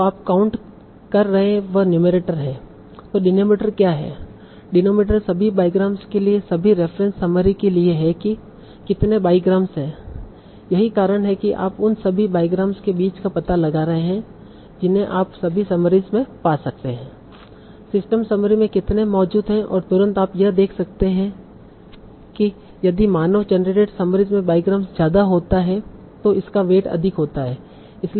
तो आप काउंट कर रहे वह नुमेरटर है तों डिनोमिनेटर क्या है डिनोमिनेटर सभी बाईग्राम्स के लिए सभी रेफ़रेंस समरीस के लिए है कि कितने बाईग्राम्स हैं यही कारण है कि आप उन सभी बाईग्राम्स के बीच का पता लगा रहे हैं जिन्हें आप सभी समरीस में पा सकते हैं सिस्टम समरी में कितने मौजूद हैं और तुरंत आप यह देख सकते हैं यदि मानव जनरेटेड समरीस में बाईग्राम ज्यादा होता है तो इसका वेट अधिक होता है